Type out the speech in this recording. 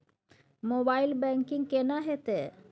Mobile banking केना हेते?